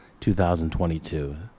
2022